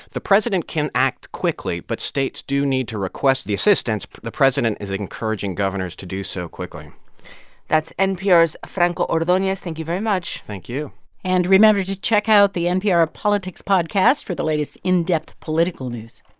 the president can act quickly, but states do need to request the assistance. the president is encouraging governors to do so quickly that's npr's franco ordonez. thank you very much thank you and remember to check out the npr politics podcast for the latest in-depth political news